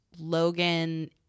Logan